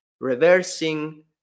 reversing